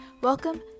Welcome